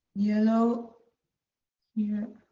yellow here.